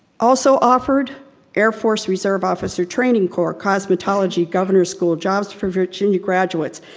also offered air force reserve officer training corps, cosmetology, governor school, jobs for virginia graduates,